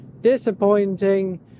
disappointing